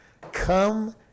Come